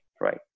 right